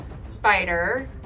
spider